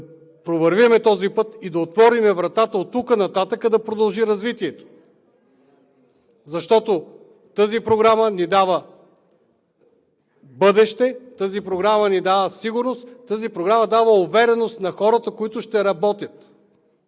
провървим този път и да отворим вратата оттук нататък да продължи развитието. Защото тази програма ни дава бъдеще, тази програма ни дава сигурност, тази програма дава увереност на хората, които ще работят